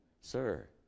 Sir